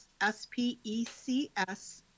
S-P-E-C-S